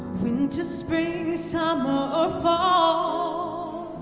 winter, spring, summer, or fall